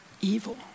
evil